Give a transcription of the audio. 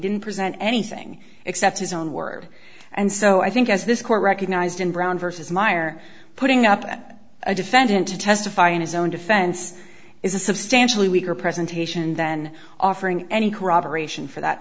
didn't present anything except his own word and so i think as this court recognized in brown versus meyer putting up a defendant to testify in his own defense is a substantially weaker presentation than offering any cor